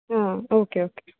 ആ okay okay